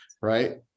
Right